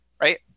right